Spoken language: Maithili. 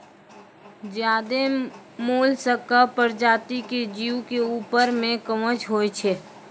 ज्यादे मोलसका परजाती के जीव के ऊपर में कवच होय छै